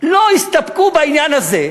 לא הסתפקו בעניין הזה,